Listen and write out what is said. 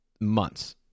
Months